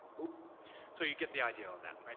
so you get the idea on that.